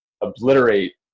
obliterate